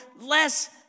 less